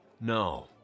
No